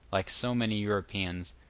like so many europeans,